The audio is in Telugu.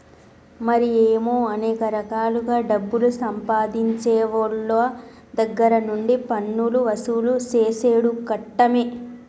మరి ఏమో అనేక రకాలుగా డబ్బులు సంపాదించేవోళ్ళ దగ్గర నుండి పన్నులు వసూలు సేసుడు కట్టమే